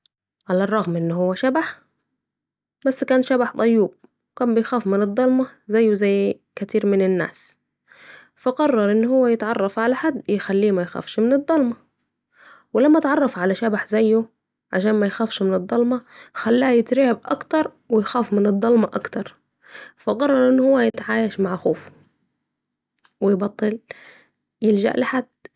علي الرغم ان هو شبح بس كان شبح طيوب ، وكان بيخاف من الضلمه زيه زي كثير من الناس ، فا قرر ان هو يتعرف على حد يخليه ما يخافش من الضلمة... و لما تعرف على شبح زيه علشان ميخافش من الضلمه خلاص يترعب أكتر و يخاف من الضلمه أكتر ، فقرر أن هو يتعايش مع خوفه ، ويبطل يلجئ لحد.